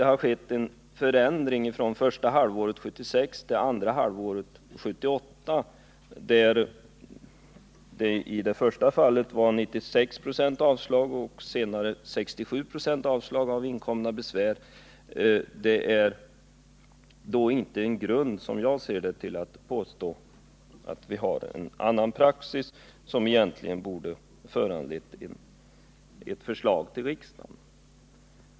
Att det skett en förändring från första halvåret 1976 till andra halvåret 1978 från 96 96 avslag till 67 26 avslag på inkomna besvär är inte en grund, som jag ser det, till att påstå att vi har fått en annan praxis, som egentligen borde ha föranlett ett förslag till riksdagen.